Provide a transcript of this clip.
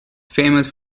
famous